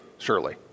Surely